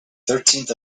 thirteenth